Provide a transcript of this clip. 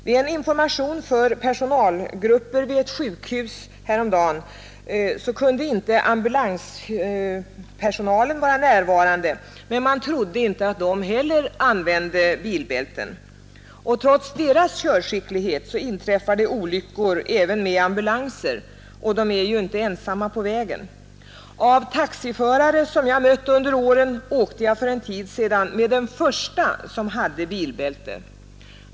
Vid en information för personalgrupper vid ett sjukhus häromdagen kunde inte ambulansförarna vara närvarande, men man trodde inte att de heller använde bilbälten. Trots deras körskicklighet inträffar olyckor även med ambulanser. De är ju inte heller ensamma på vägen. Bland alla taxiförare som jag mött under åren åkte jag för en tid sedan med den förste som hade bilbälte.